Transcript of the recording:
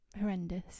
Horrendous